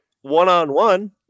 one-on-one